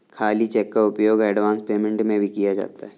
खाली चेक का उपयोग एडवांस पेमेंट में भी किया जाता है